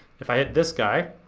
if i hit this guy,